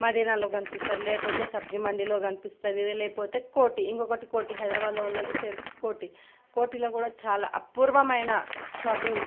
మదీనాలో కనిపిస్తుంది లేకపోతే సబ్జీ మండిలో కనిపిస్తుంది లేకపోతే కోటి ఇంకొకటి కోటి హైదరాబాదులో ఉంది ఫేమస్ కోటి కోటిలో కూడా చాలా అపూర్వమైన షాపింగ్